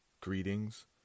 greetings